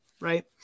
Right